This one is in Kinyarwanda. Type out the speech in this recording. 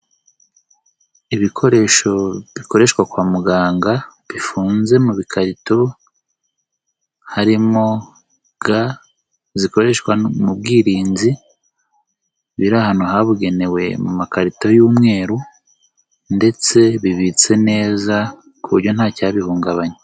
Ibikoresho bikoreshwa kwa muganga bifunze mu bikarito harimo ga zikoreshwa mu bwirinzi biri ahantu habugenewe mu makarito y'umweru ndetse bibitse neza ku buryo ntacyabihungabanya.